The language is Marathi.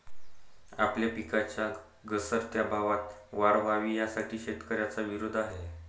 आपल्या पिकांच्या घसरत्या भावात वाढ व्हावी, यासाठी शेतकऱ्यांचा विरोध आहे